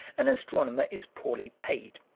an astronomer is poorly paid,